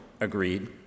agreed